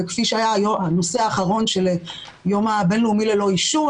וכפי שהיה הנושא האחרון של היום הבינלאומי ללא עישון,